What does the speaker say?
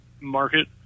market